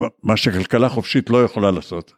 מה שכלכלה חופשית לא יכולה לעשות.